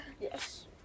Yes